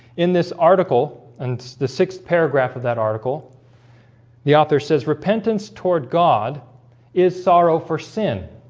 in this article and the sixth paragraph of that article the author says repentance toward god is sorrow for sin